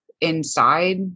inside